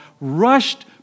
rushed